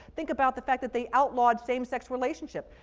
think about the fact that they outlawed same-sex relationships.